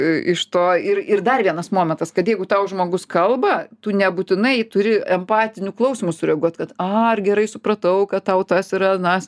iš to ir ir dar vienas momentas kad jeigu tau žmogus kalba tu nebūtinai turi empatiniu klausymu sureaguot kad a ar gerai supratau kad tau tas ir anas